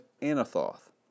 Anathoth